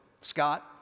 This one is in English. Scott